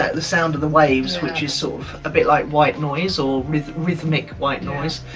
the sound of the waves, which is sort of a bit like white noise or rhythmic white noise.